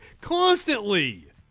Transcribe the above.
constantly